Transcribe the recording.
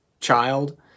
child